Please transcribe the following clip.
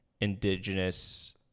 indigenous